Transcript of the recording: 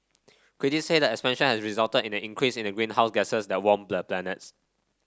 critics say the expansion has resulted in an increase in the greenhouse gases that warm the planets